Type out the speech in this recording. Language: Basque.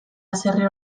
haserre